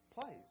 plays